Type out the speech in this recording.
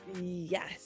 Yes